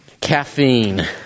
caffeine